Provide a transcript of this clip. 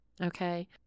Okay